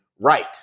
right